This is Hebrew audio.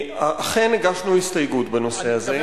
אכן הגשנו הסתייגות בנושא הזה.